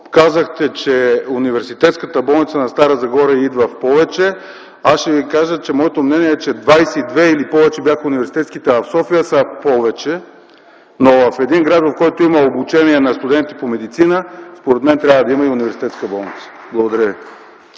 казахте, че Университетската болница на Стара Загора идва в повече, аз ще Ви кажа, че мнението ми е, че 22 или повече бяха университетските болници в София и те са в повече, но в един град, в който има обучение на студенти по медицина, според мен трябва да има и университетска болница. (Единични